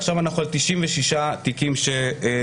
עכשיו אנחנו על 96 תיקים שנפתחו.